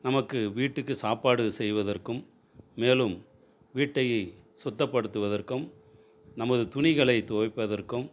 நமக்கு வீட்டுக்கு சாப்பாடு செய்வதற்கும் மேலும் வீட்டை சுத்தப்படுத்துவதற்கும் நமது துணிகளை துவைப்பதற்கும்